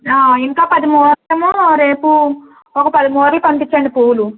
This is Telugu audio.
ఇంకా పది మూరలు రేపు ఒక పది మూరలు పంపించండి పూలు